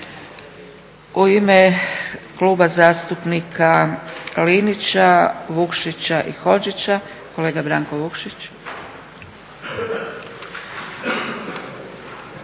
U ime Kluba zastupnik Linića, Vukšića i Hodžića kolega Branko Vukšić.